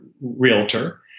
realtor